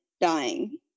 dying